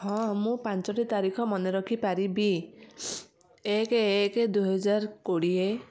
ହଁ ମୁଁ ପାଞ୍ଚଟି ତାରିଖ ମନେରଖିପାରିବି ଏକ ଏକ ଦୁଇ ହଜାର କୋଡ଼ିଏ